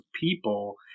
people